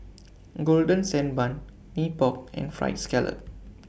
Golden Sand Bun Mee Pok and Fried Scallop